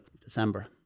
December